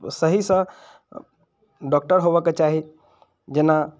सहीसँ डॉक्टर होबऽके चाही जेना